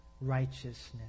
righteousness